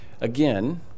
Again